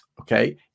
Okay